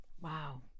Wow